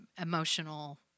emotional